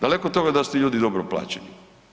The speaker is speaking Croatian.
Daleko od toga da su ti ljudi dobro plaćeni.